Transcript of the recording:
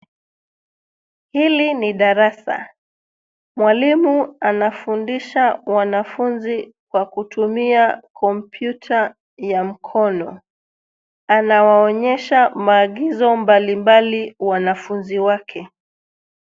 Hili ni darasa, mwalimu anafundisha wanafunzi kwa kutumia kompyuta ya mkono. Anawaonyesha maagizo mbalimbali wanafunzi wake.